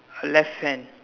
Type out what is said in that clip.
left hand